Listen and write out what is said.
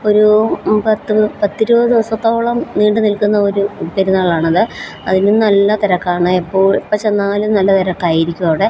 ഒരു പത്ത് പത്ത് ഇരുപത് ദിവസത്തോളം നീണ്ട് നിൽക്കുന്ന ഒരു പെരുന്നാളാണത് അതിന് നല്ല തിരക്കാണ് എപ്പോൾ എപ്പം ചെന്നാലും നല്ല തിരക്കായിരിക്കും അവിടെ